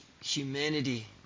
humanity